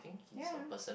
ya